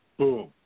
boom